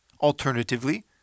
Alternatively